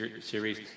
series